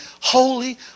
holy